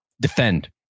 defend